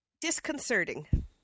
Disconcerting